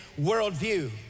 worldview